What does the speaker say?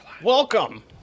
Welcome